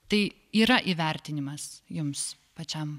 tai yra įvertinimas jums pačiam